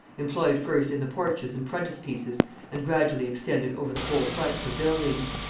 employed first in the porches and frontispieces and gradually extended over the whole fronts of buildings.